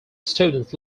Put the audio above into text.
students